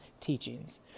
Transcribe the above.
teachings